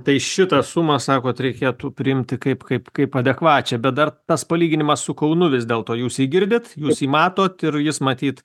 tai šitą sumą sakot reikėtų priimti kaip kaip kaip adekvačią bet dar tas palyginimas su kaunu vis dėlto jūs jį girdit jūs jį matot ir jis matyt